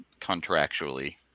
contractually